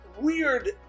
weird